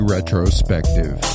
Retrospective